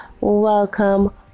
welcome